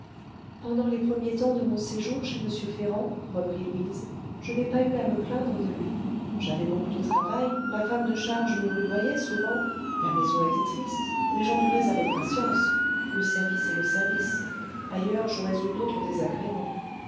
pendant les premiers temps de mon séjour chez m ferrand reprit louise je n'ai pas eu à me plaindre de lui j'avais beaucoup de travail la femme de charge me rudoyait souvent la maison était triste mais j'endurais avec patience le service est le service ailleurs j'aurais eu d'autres désagréments